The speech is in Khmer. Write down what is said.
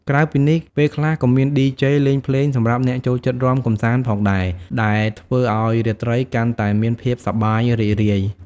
ក្រៅពីនេះ ពេលខ្លះក៏មាន ឌីជេ លេងភ្លេងសម្រាប់អ្នកចូលចិត្តរាំកម្សាន្តផងដែរ ដែលធ្វើឲ្យរាត្រីកាន់តែមានភាពសប្បាយរីករាយ។